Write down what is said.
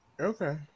Okay